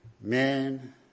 man